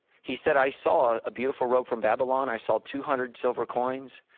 he said, i saw a beautiful road from babylon, i saw two hundred silver coins,